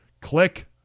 Click